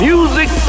Music